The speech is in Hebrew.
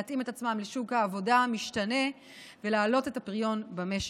להתאים את עצמם לשוק העבודה המשתנה ולהעלות את הפריון במשק.